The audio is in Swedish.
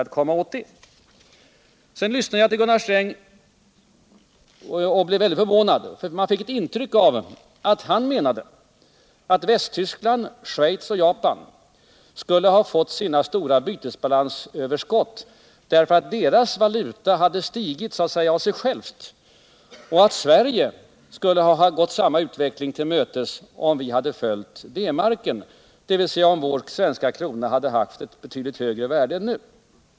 Sedan blev jag väldigt förvånad när jag lyssnade till Gunnar Sträng, för man fick ett intryck av att han menade att Västtyskland, Schweiz och Japan skulle ha fått sina stora bytesbalansöverskott, därför att dessa länders resp. valuta skulle ha stigit så att säga av sig själv och att Sverige skulle ha gått samma utveckling till mötes om vi hade följt D-marken, dvs. om vår svenska krona hade haft betydligt högre värde än nu.